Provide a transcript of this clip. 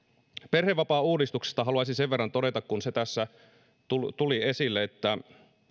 perhevapaauudistuksesta haluaisin sen verran todeta kun se tässä tuli esille että